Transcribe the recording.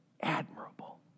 admirable